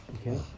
okay